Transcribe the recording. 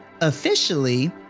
Officially